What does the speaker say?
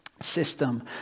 system